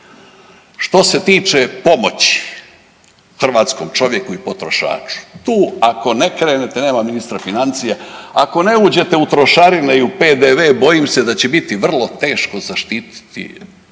Što se tiče pomoći hrvatskom čovjeku i potrošaču. Tu ako ne krenete, nema ministra financija, ako ne uđete u trošarine i u PDV bojim se da će biti vrlo teško zaštititi čovjek,